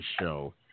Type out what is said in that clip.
show